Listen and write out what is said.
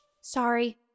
Sorry